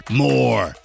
more